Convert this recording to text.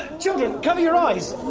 ah children, cover your eyes!